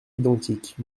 identiques